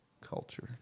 culture